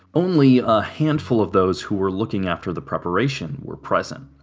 only a handful of those who were looking after the preparation were present.